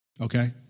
Okay